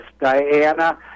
Diana